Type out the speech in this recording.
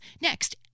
next